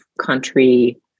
country